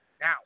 Now